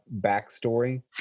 backstory